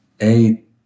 eight